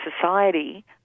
society